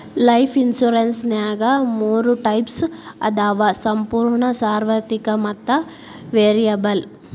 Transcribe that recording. life ಇನ್ಸುರೆನ್ಸ್ನ್ಯಾಗ ಮೂರ types ಅದಾವ ಸಂಪೂರ್ಣ ಸಾರ್ವತ್ರಿಕ ಮತ್ತ ವೇರಿಯಬಲ್